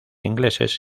ingleses